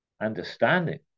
Understanding